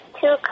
two